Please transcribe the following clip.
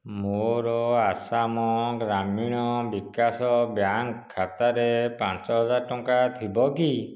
ମୋର ଆସାମ ଗ୍ରାମୀଣ ବିକାଶ ବ୍ୟାଙ୍କ୍ ଖାତାରେ ପାଞ୍ଚହଜାର ଟଙ୍କା ଥିବ କି